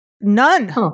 none